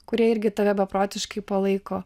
kurie irgi tave beprotiškai palaiko